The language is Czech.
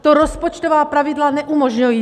To rozpočtová pravidla neumožňují!